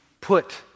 put